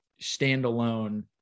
standalone